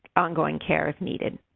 ongoing care, if needed.